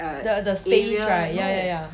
the space right ya ya ya